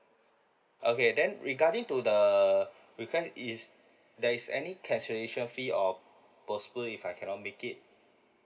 okay then regarding to the request is there is any cancellation fee or postpone if I cannot make it